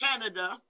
Canada